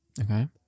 Okay